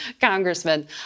Congressman